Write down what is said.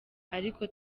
ariko